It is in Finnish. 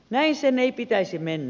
näin sen ei pitäisi mennä